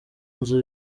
nzu